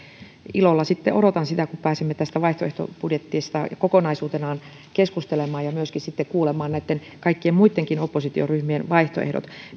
ilolla sitten odotan sitä kun pääsemme tästä vaihtoehtobudjetista kokonaisuutenaan keskustelemaan ja myöskin sitten kuulemaan kaikkien muittenkin oppositioryhmien vaihtoehdot